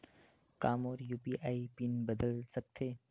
का मोर UPI PIN बदल सकथे?